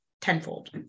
tenfold